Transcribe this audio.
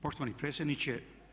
Poštovani predsjedniče.